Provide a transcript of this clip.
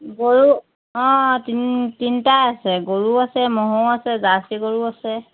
গৰু অঁ তিনি তিনিটা আছে গৰুও আছে ম'হো আছে জাৰ্চি গৰুৰ আছে